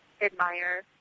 admire